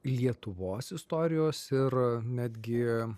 lietuvos istorijos ir netgi